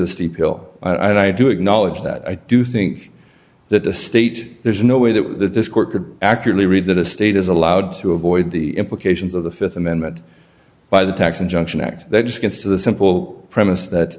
a steep hill i do acknowledge that i do think that the state there's no way that this court could accurately read that a state is allowed to avoid the implications of the th amendment by the tax injunction act that just gets to the simple premise that